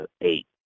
eight